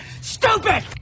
stupid